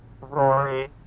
Rory